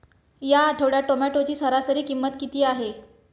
या आठवड्यात टोमॅटोची सरासरी किंमत किती आहे?